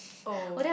oh